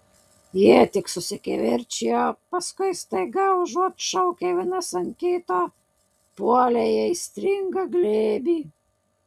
jie tik susikivirčijo paskui staiga užuot šaukę vienas ant kito puolė į aistringą glėbį